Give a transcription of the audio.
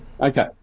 Okay